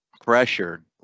pressure